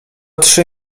trzy